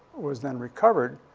was then recovered,